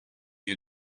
you